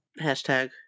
Hashtag